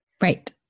Right